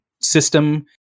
system